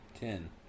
Ten